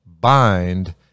bind